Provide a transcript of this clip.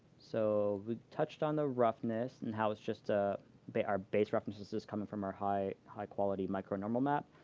so we touched on the roughness and how it's just ah they are base references coming from our high high quality micro normal map.